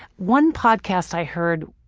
one podcast i heard,